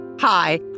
Hi